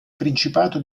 principato